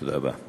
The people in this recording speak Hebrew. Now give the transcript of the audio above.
תודה רבה.